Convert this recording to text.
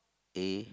A